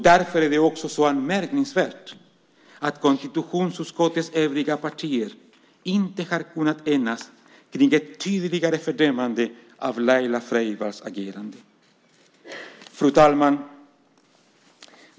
Därför är det också så anmärkningsvärt att konstitutionsutskottets övriga partier inte har kunnat enas kring ett tydligare fördömande av Laila Freivalds agerande. Fru talman!